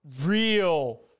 real